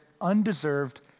undeserved